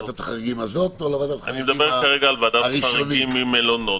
אני מדבר כרגע על ועדת חריגים בנושאי מלוניות.